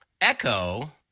Echo